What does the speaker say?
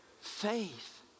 Faith